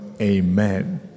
Amen